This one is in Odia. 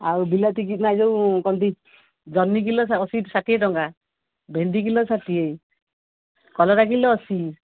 ଆଉ ବିଲାତି କିଲୋ ଯେଉଁ କନ୍ତି ଜହ୍ନି କିଲୋ ଅ ଷାଠିଏ ଟଙ୍କା ଭେଣ୍ଡି କିଲୋ ଷାଠିଏ କଲରା କିଲୋ ଅଶୀ